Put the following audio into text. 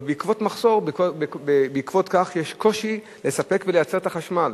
אבל בעקבות כך יש קושי לספק ולייצר את החשמל.